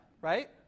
Right